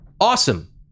awesome